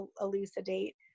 elucidate